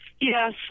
Yes